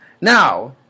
Now